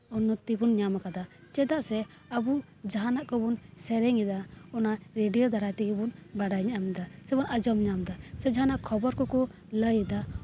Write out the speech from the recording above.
ᱩᱱᱱᱚᱛᱤ ᱵᱚᱱ ᱧᱟᱢ ᱠᱟᱫᱟ ᱪᱮᱫᱟᱜ ᱥᱮ ᱟᱵᱚ ᱡᱟᱦᱟᱱᱟᱜ ᱠᱚᱵᱚᱱ ᱥᱮᱨᱮᱧ ᱮᱫᱟ ᱚᱱᱟ ᱨᱮᱰᱤᱭᱳ ᱫᱟᱨᱟᱭ ᱛᱮᱜᱮ ᱵᱚᱱ ᱵᱟᱰᱟᱭ ᱧᱟᱢᱫᱟ ᱥᱮᱵᱚᱱ ᱟᱸᱡᱚᱢ ᱧᱟᱢᱫᱟ ᱥᱮ ᱡᱟᱦᱟᱱᱟᱜ ᱠᱷᱚᱵᱚᱨ ᱠᱚᱠᱚ ᱞᱟᱹᱭ ᱮᱫᱟ